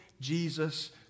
Jesus